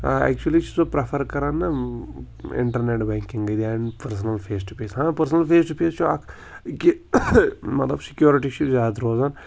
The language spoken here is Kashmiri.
ایٚکچُلی چھُس بہٕ پرٛٮ۪فَر کَران نا internet بٮ۪نٛکِنٛگٕے personal face to face ہاں پٔرسٕنَل فیس ٹُہ فیس چھُ اَکھ کہِ مطلب سِکیورٹی چھِ زیادٕ روزان